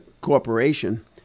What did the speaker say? corporation